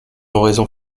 oraison